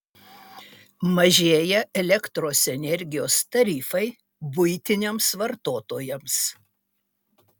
mažėja elektros energijos tarifai buitiniams vartotojams